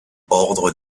ordre